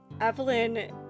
Evelyn